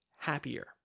happier